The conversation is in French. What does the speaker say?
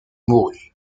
mourut